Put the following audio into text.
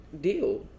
deal